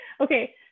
Okay